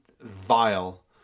vile